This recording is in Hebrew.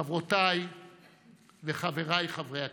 חברותיי וחבריי חברי הכנסת,